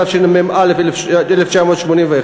התשמ"א 1981,